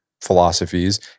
philosophies